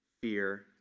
fear